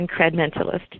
incrementalist